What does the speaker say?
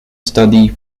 study